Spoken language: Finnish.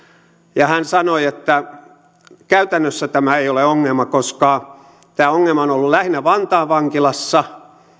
ja hän sanoi että käytännössä tämä ei ole ongelma koska tämä ongelma on on ollut lähinnä vantaan vankilassa